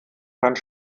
keinen